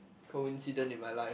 coincident in my life